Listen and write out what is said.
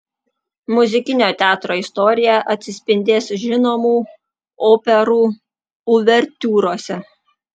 muzikinio teatro istorija atsispindės žinomų operų uvertiūrose